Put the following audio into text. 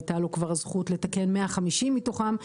הייתה לו כבר הזכות לתקן 150 מתוכם,